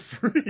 free